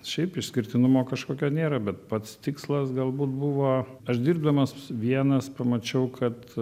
šiaip išskirtinumo kažkokio nėra bet pats tikslas galbūt buvo aš dirbdamas vienas pamačiau kad